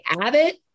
Abbott